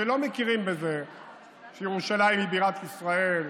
שלא מכירים בזה שירושלים היא בירת ישראל,